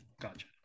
Gotcha